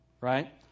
Right